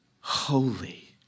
holy